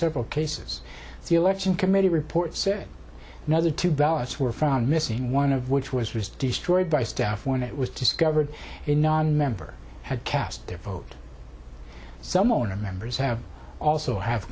several cases the election committee report said another two ballots were found missing one of which was destroyed by staff when it was discovered in nonmember had cast their vote some owner members have also have